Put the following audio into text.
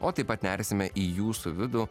o taip pat nersime į jūsų vidų